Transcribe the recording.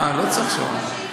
לא צריך שעון.